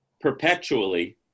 perpetually